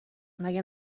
مگه